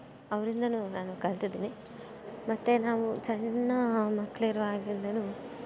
ಅವ್ರಿಂದಲೂ ನಾನು ಕಲ್ತಿದ್ದೀನಿ ಮತ್ತು ನಾವು ಸಣ್ಣ ಮಕ್ಳಿರುವಾಗಿಂದಲು